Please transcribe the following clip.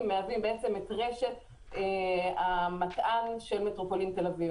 שמהווים את רשת המתע"ן של מטרופולין תל-אביב.